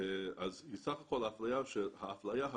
אז בסך הכול אפליה רכה